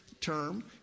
term